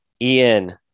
Ian